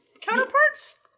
counterparts